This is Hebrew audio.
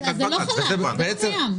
--- מה שאתם מכיר, זה לא קיים.